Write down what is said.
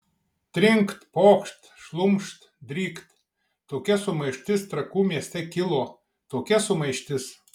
trinkt pokšt šlumšt drykt tokia sumaištis trakų mieste kilo tokia sumaištis